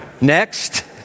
Next